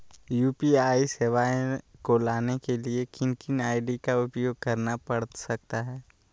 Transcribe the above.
UPI सेवाएं को लाने के लिए किन किन आई.डी का उपयोग करना पड़ सकता है?